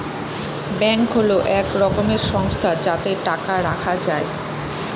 bank হল এক রকমের সংস্থা যাতে টাকা রাখা যায়